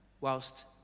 whilst